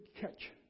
catch